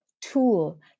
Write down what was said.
tool